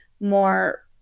more